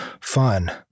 fun